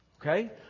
Okay